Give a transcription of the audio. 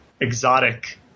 exotic